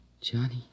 Johnny